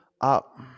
up